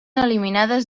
eliminades